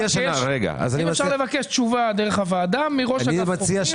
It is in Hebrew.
אם אפשר לבקש תשובה דרך הוועדה מראש אגף החופים.